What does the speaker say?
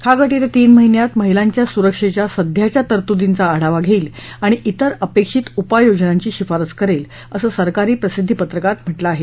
हा गट येत्या तीन महीन्यात महिलांच्या सुरक्षेच्या सध्याच्या तरतुदिंचा आढावा घेईल आणि विंर अपेक्षित उपाययोजनांची शिफारस करेल असं सरकारी प्रसिद्धिपत्रकात म्हटलं आहे